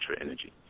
energy